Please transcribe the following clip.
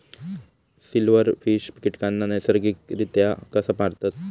Silverfish कीटकांना नैसर्गिकरित्या कसा मारतत?